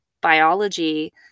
biology